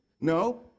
No